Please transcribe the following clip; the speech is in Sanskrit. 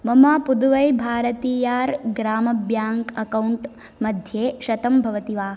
मम पुदुवै भारतियार् ग्राम ब्याङ्क् अक्कौण्ट् मध्ये शतं भवति वा